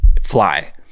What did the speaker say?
fly